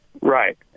Right